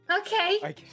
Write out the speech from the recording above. Okay